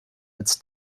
als